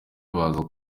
baza